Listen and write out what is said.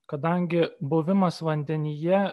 kadangi buvimas vandenyje